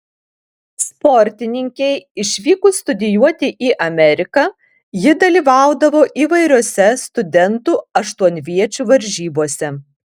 sportininkei išvykus studijuoti į ameriką ji dalyvaudavo įvairiose studentų aštuonviečių varžybose